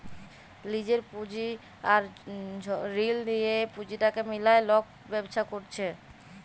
লিজের পুঁজি আর ঋল লিঁয়ে পুঁজিটাকে মিলায় লক ব্যবছা ক্যরে